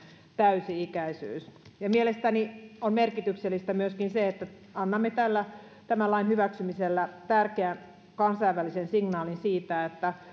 täysi ikäisyys mielestäni on merkityksellistä myöskin se että annamme tämän lain hyväksymisellä tärkeän kansainvälisen signaalin siitä että